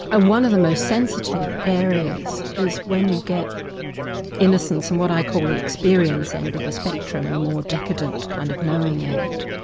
and one of the most sensitive areas is when you get innocence in what i call the experience end of the spectrum, the more decadent kind of knowing end,